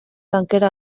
tankera